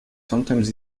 sometimes